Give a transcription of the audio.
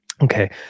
Okay